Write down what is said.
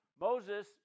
Moses